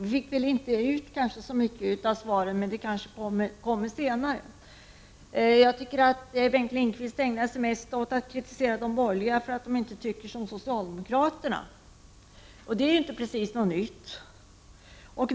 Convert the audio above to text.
Jag fick inte ut så mycket av svaren, men mer kanske kommer senare. Bengt Lindqvist ägnade sig mest åt att kritisera de borgerliga för att de inte tycker som socialdemokraterna. Det är inte precis någonting nytt.